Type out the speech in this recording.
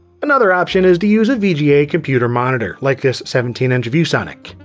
another option is to use a vga computer monitor, like this seventeen and viewsonic.